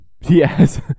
Yes